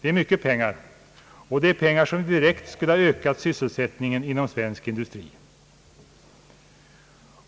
Det är mycket pengar, och det är pengar som direkt skulle ha ökat sysselsättningen inom svensk industri.